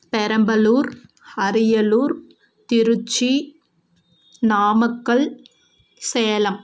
Perambalur Ariyalur Tiruchi Namakkal Salem